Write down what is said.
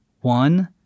One